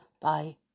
Bye